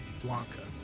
Blanca